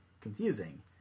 confusing